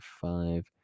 five